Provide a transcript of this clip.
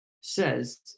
says